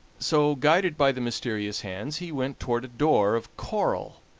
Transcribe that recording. so, guided by the mysterious hands, he went toward a door of coral,